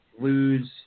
lose